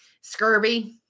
scurvy